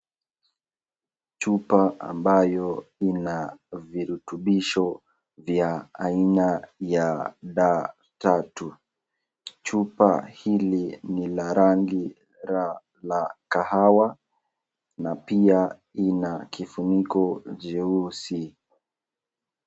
Chupa ambayo ina virutubisho vya aina ya d tatu. Chupa hili ni la rangi la kahawa na pia ina kifuniko jeusi.